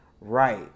right